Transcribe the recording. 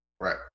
right